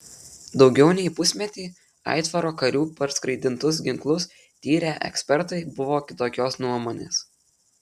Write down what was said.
daugiau nei pusmetį aitvaro karių parskraidintus ginklus tyrę ekspertai buvo kitokios nuomonės